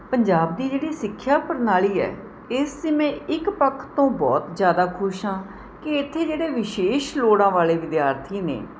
ਪੰਜਾਬ ਦੀ ਜਿਹੜੀ ਸਿੱਖਿਆ ਪ੍ਰਣਾਲੀ ਹੈ ਇਸ 'ਤੇ ਮੈਂ ਇੱਕ ਪੱਖ ਤੋਂ ਬਹੁਤ ਜ਼ਿਆਦਾ ਖੁਸ਼ ਹਾਂ ਕਿ ਇੱਥੇ ਜਿਹੜੇ ਵਿਸ਼ੇਸ਼ ਲੋੜਾਂ ਵਾਲੇ ਵਿਦਿਆਰਥੀ ਨੇ